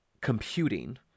computing